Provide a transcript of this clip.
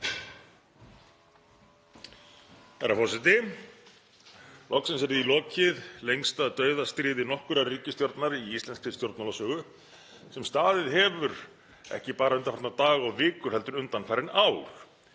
Herra forseti. Loksins er því lokið, lengsta dauðastríði nokkurrar ríkisstjórnar í íslenskri stjórnmálasögu sem staðið hefur ekki bara undanfarna daga og vikur heldur undanfarin ár